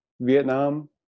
Vietnam